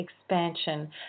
expansion